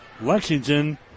Lexington